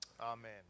Amen